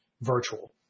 virtual